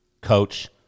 coach